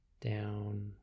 Down